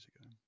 ago